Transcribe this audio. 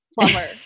Plumber